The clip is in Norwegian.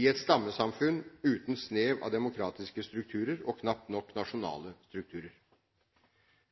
i et stammesamfunn uten snev av demokratiske strukturer og knapt nok nasjonale strukturer?